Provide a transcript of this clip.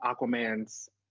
aquaman's